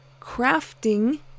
crafting